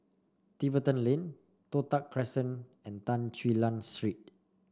Tiverton Lane Toh Tuck Crescent and Tan Quee Lan Street